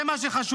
זה מה שחשוב.